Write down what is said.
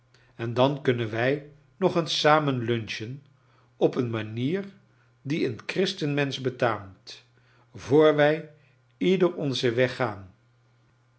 en dan kunnen wij nog eens samen lunchen op een manicr die een christenmensch bctjjamt voor wij j ieder onzen weg gaan